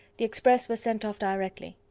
the express was sent off directly.